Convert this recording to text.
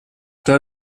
der